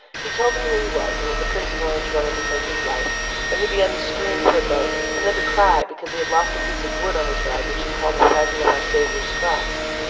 he told them who he was, and that the prince of orange wanted to take his life and he began to scream for a boat and then to cry, because he had lost a piece of wood on his ride which he called a fragment of our saviour's cross.